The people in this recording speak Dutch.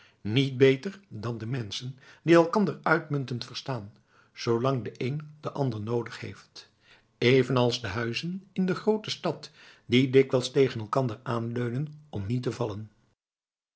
niet beter dan de menschen die elkander uitmuntend verstaan zoolang de een den ander noodig heeft evenals de huizen in de groote stad die dikwijls tegen elkander aanleunen om niet te vallen